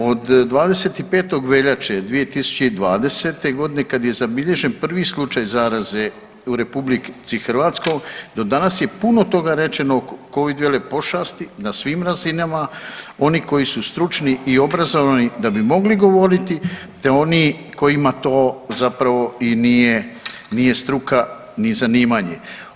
Od 25. veljače 2020. godine kad je zabilježen prvi slučaj zaraze u RH do danas je puno toga rečeno Covid vele pošasti na svim razinama oni koji su stručni i obrazovani da bi mogli govoriti te oni kojima to zapravo i nije, nije struka ni zanimanje.